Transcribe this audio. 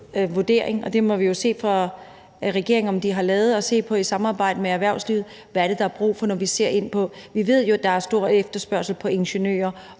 og der må vi jo se på, om regeringen har gjort det i samarbejde med erhvervslivet, nemlig hvad er det, der er brug for, når vi ser ind i fremtiden? Vi ved jo, at der er stor efterspørgsel på ingeniører